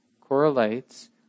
correlates